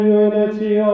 unity